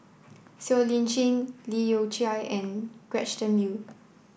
Siow Lee Chin Leu Yew Chye and Gretchen Liu